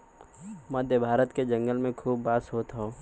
मध्य भारत के जंगल में खूब बांस होत हौ